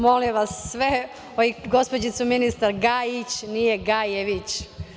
Molim sve, gospođicu ministar, Gajić, nije Gajević.